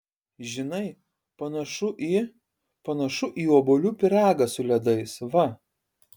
žinai panašu į panašu į obuolių pyragą su ledais va